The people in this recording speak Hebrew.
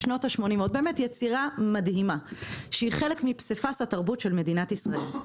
"שנות ה-80" יצירה מדהימה שהיא חלק מפסיפס התרבות של מדינת ישראל.